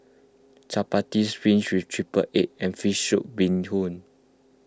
Chappati with Triple Egg and Fish Soup Bee Hoon